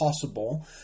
possible